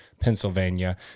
pennsylvania